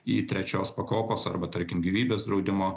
į trečios pakopos arba tarkim gyvybės draudimo